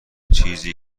چیزی